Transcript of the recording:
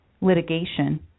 litigation